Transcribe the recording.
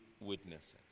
witnesses